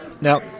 Now